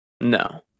No